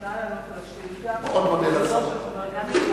אני מוכנה לענות על השאילתא אבל על זאת של חבר הכנסת אורי אורבך.